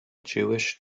jewish